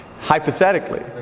Hypothetically